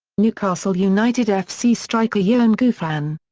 newcastle united f c. striker yoan gouffran.